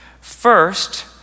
First